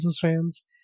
fans